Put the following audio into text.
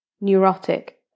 neurotic